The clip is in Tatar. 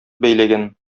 бәйләгән